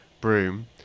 broom